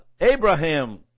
Abraham